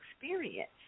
experience